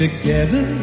Together